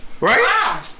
Right